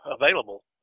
available